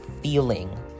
feeling